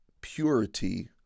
purity